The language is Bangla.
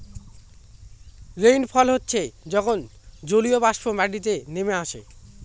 রেইনফল হচ্ছে যখন জলীয়বাষ্প মাটিতে নেমে আসে